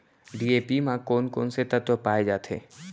DAP म कोन कोन से तत्व पाए जाथे?